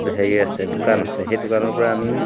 হেৰি আছে দোকান আছে সেই দোকানৰ পৰা আমি